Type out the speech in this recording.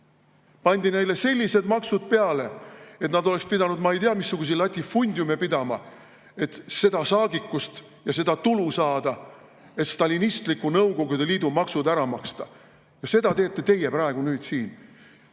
Pandi neile sellised maksud peale, et nad oleksid pidanud, ma ei tea, mingisuguseid latifundiume pidama, et seda saagikust ja seda tulu saada, et stalinistliku Nõukogude Liidu maksud ära maksta. Ja seda teete teie praegu siin.